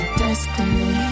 destiny